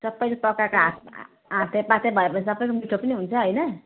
सबैले पकाएको हात हातेपाते भएपछि सबैको मिठो पनि हुन्छ होइन